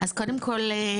אז קודם כל,